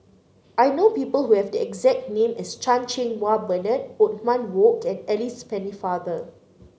I know people who have the exact name as Chan Cheng Wah Bernard Othman Wok and Alice Pennefather